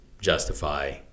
justify